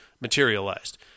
materialized